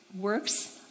works